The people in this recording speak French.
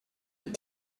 est